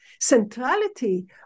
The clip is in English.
centrality